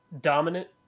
dominant